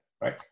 right